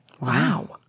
wow